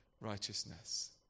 righteousness